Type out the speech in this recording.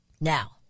Now